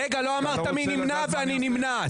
רגע, לא אמרת מי נמנע ואני נמנע.